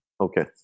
Okay